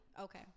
Okay